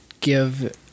give